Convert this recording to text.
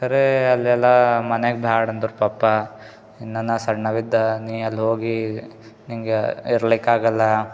ಖರೆ ಅಲ್ಲೆಲ್ಲ ಮನ್ಯಾಗೆ ಬ್ಯಾಡ ಅಂದ್ರು ಪಪ್ಪಾ ಇನ್ನನ ಸಣ್ಣವ ಇದ್ದೆ ನೀ ಅಲ್ಲಿ ಹೋಗಿ ನಿಂಗೆ ಇರ್ಲಿಕ್ಕೆ ಆಗೋಲ್ಲ